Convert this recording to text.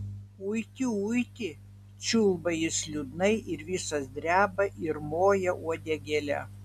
uiti uiti čiulba jis liūdnai ir visas dreba ir moja uodegėle